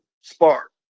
spark